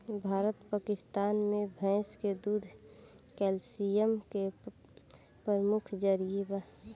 भारत पकिस्तान मे भैंस के दूध कैल्सिअम के प्रमुख जरिआ बा